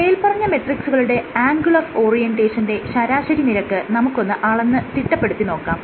മേല്പറഞ്ഞ മെട്രിക്സുകളുടെ angle of ഓറിയന്റേഷന്റെ ശരാശരി നിരക്ക് നമുക്കൊന്ന് അളന്ന് തിട്ടപ്പെടുത്തി നോക്കാം